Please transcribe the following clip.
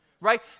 Right